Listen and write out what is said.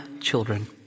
children